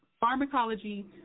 pharmacology